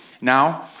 now